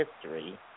history